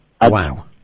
wow